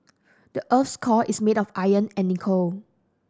the earth's core is made of iron and nickel